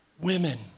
women